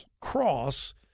cross